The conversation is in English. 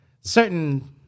certain